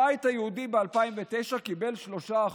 הבית היהודי ב-2009 קיבל 3%,